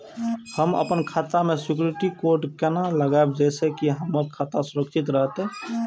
हम अपन खाता में सिक्युरिटी कोड केना लगाव जैसे के हमर खाता सुरक्षित रहैत?